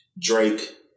Drake